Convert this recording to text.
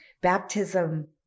baptism